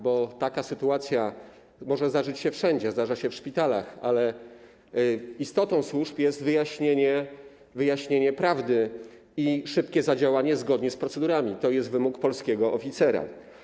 Bo taka sytuacja może zdarzyć się wszędzie, zdarza się w szpitalach, ale istotą służb jest wyjaśnienie prawdy i szybkie zadziałanie zgodnie z procedurami, to jest wymóg polskiego oficera.